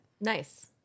Nice